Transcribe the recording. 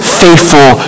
faithful